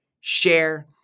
share